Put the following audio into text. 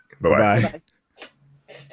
Bye-bye